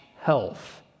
health